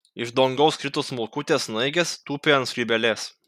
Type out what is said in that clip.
iš dangaus krito smulkutės snaigės tūpė ant skrybėlės